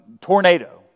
tornado